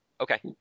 Okay